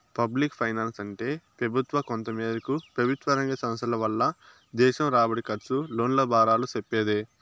public ఫైనాన్సంటే పెబుత్వ, కొంతమేరకు పెబుత్వరంగ సంస్థల వల్ల దేశం రాబడి, కర్సు, లోన్ల బారాలు సెప్పేదే